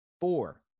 Four